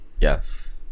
Yes